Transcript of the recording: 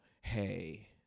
hey